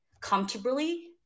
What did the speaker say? comfortably